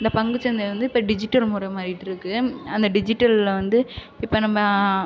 இந்தப் பங்குச்சந்தையை வந்து இப்போ டிஜிட்டல் முறை மாறிகிட்டுருக்கு அந்த டிஜிட்டலில் வந்து இப்போ நம்ம